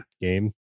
game